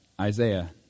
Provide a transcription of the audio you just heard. Isaiah